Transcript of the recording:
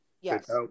Yes